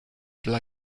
dla